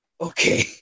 Okay